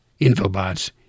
Infobots